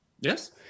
Yes